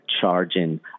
charging